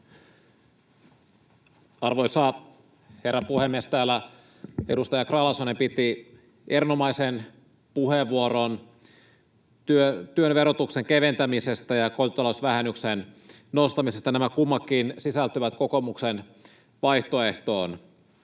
Arvoisa herra puhemies! Täällä edustaja Grahn-Laasonen piti erinomaisen puheenvuoron työn verotuksen keventämisestä ja kotitalousvähennyksen nostamisesta. Nämä kummatkin sisältyvät kokoomuksen vaihtoehtoon.